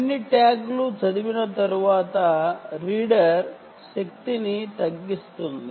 అన్ని ట్యాగ్లు చదివిన తరువాత రీడర్ శక్తిని తగ్గిస్తుంది